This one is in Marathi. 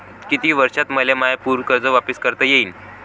कितीक वर्षात मले माय पूर कर्ज वापिस करता येईन?